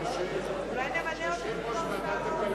אולי נמנה אותו במקום שר האוצר.